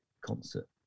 concert